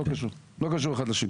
לא קשור אחד לשני.